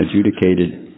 adjudicated